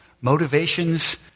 motivations